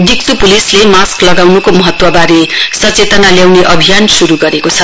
डिक्चु पुलिसले माक्स लगाउनेको महत्वबारे सचेतना ल्याउने अभियान शुरु गरेको छ